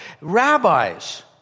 Rabbis